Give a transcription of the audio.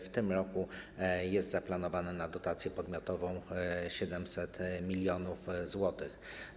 W tym roku jest zaplanowane na dotację podmiotową 700 mln zł.